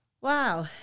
Wow